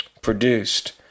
produced